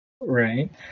Right